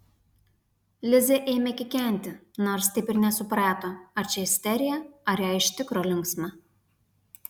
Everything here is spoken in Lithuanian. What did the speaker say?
lizė ėmė kikenti nors taip ir nesuprato ar čia isterija ar jai iš tikro linksma